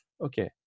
Okay